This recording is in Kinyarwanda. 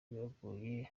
biragoye